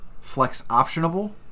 flex-optionable